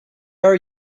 are